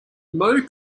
moe